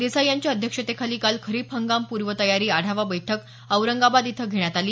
देसाई यांच्या अध्यक्षतेखाली काल खरीप हंगाम पूर्व तयारी आढावा बैठक औरंगाबाद इथं घेण्यात आली